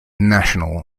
national